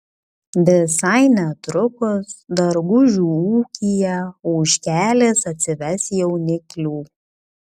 visai netrukus dargužių ūkyje ožkelės atsives jauniklių